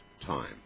time